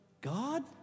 God